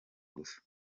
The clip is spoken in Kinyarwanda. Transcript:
gusa